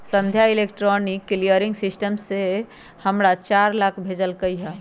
संध्या electronic clearing system से हमरा चार लाख भेज लकई ह